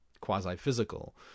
quasi-physical